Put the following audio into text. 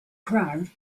crowd